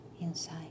inside